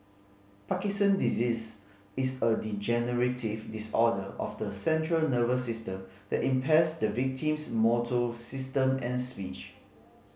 Parkinson disease is a degenerative disorder of the central nervous system that impairs the victim's motor system and speech